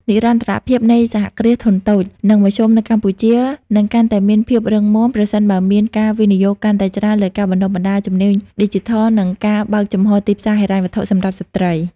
និរន្តរភាពនៃសហគ្រាសធុនតូច និងមធ្យមនៅកម្ពុជា នឹងកាន់តែមានភាពរឹងមាំ ប្រសិនបើមានការវិនិយោគកាន់តែច្រើនលើការបណ្ដុះបណ្ដាលជំនាញឌីជីថល និងការបើកចំហរទីផ្សារហិរញ្ញវត្ថុសម្រាប់ស្ត្រី។